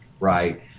Right